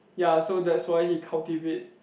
ya so that's why he cultivate